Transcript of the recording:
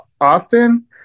Austin